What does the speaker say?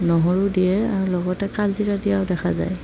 নহৰু দিয়ে আৰু লগতে কালজিৰা দিয়াও দেখা যায়